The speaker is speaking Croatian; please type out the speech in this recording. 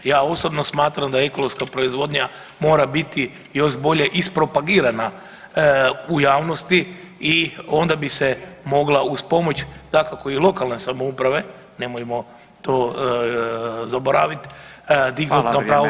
Ja osobno smatram da ekološka proizvodnja mora biti još bolje ispropagirana u javnosti i onda bi se mogla uz pomoć dakako i lokalne samouprave nemojmo to zaboraviti dignuti to pravo